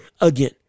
again